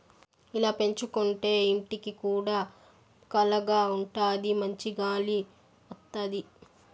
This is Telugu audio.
ఇలా పెంచుకోంటే ఇంటికి కూడా కళగా ఉంటాది మంచి గాలి వత్తది